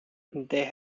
they